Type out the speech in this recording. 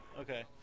Okay